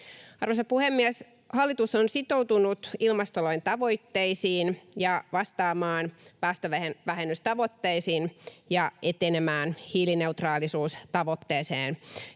Arvoisa puhemies! Hallitus on sitoutunut ilmastolain tavoitteisiin ja vastaamaan päästövähennystavoitteisiin ja etenemään hiilineutraalisuustavoitteeseen